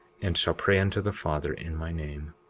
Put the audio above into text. and shall pray unto the father in my name.